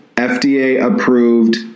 FDA-approved